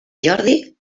jordi